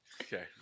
Okay